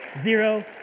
zero